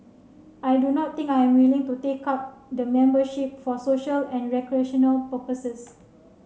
I do not think I'm willing to take up the membership for social and recreational purposes